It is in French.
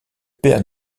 père